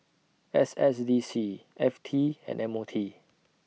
S S D C F T and M O T